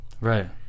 right